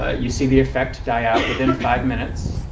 ah you see the effect die out within five minutes.